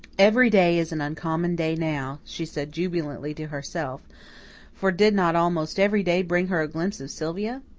every day is an uncommon day now, she said jubilantly to herself for did not almost every day bring her a glimpse of sylvia?